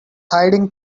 hiding